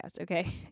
okay